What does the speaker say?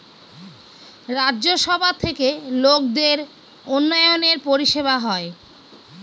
রাজ্য সভা থেকে লোকদের উন্নয়নের পরিষেবা হয়